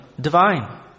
divine